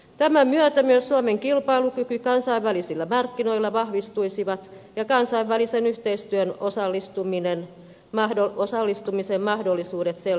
tämän myötä myös suomen kilpailukyky kansainvälisillä markkinoilla vahvistuisi ja kansainvälisen yhteistyön osallistumisen mahdollisuudet selkeytyisivät